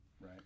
right